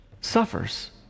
suffers